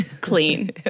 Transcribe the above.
clean